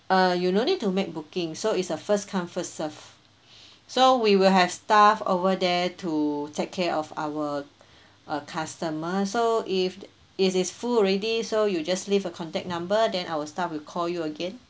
uh you no need to make booking so it's a first come first serve so we will have staff over there to take care of our uh customer so if it is full already so you just leave a contact number then our staff will call you again